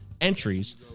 entries